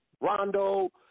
Rondo